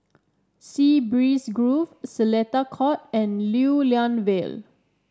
Sea Breeze Grove Seletar Court and Lew Lian Vale